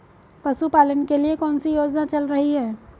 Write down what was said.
पशुपालन के लिए कौन सी योजना चल रही है?